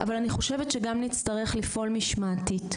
אבל אני חושבת שגם נצטרך לפעול משמעתית.